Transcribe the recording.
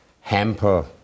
hamper